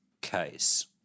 case